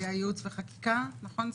ייעוץ וחקיקה הכניסו סעיף, נכון?